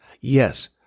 Yes